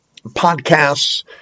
Podcasts